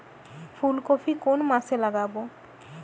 ফুলকপি কোন মাসে লাগাবো?